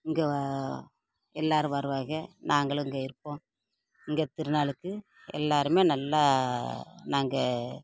இங்கே எல்லோரும் வருவாய்க நாங்களும் இங்கே இருப்போம் இங்கே திருநாளுக்கு எல்லோருமே நல்லா நாங்கள்